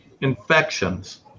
infections